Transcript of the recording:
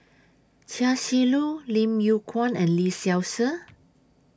Chia Shi Lu Lim Yew Kuan and Lee Seow Ser